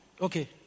Okay